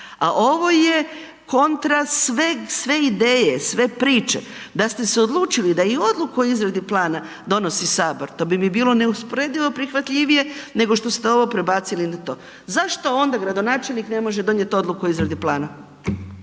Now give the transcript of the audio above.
a ovo je kontra sve ideje, sve priče, da ste se odlučili da i Odluku o izradi plana donosi Sabor, to bi mi bilo neusporedivo prihvatljivije nego što ste ovo prebacili na to. Zašto onda gradonačelnik ne može donijeti Odluku o izradi plana?